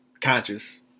conscious